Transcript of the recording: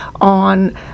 on